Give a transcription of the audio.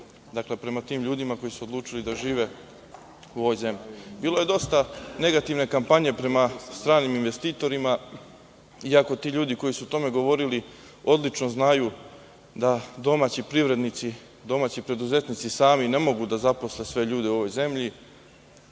fer prema tim ljudima koji su odlučili da žive u ovoj zemlji. Bilo je dosta negativne kampanje prema stranim investitorima, iako ti ljudi koji su o tome govorili odlično znaju da domaći privrednici, domaći preduzetnici sami ne mogu da zaposle sve ljude u ovoj zemlji,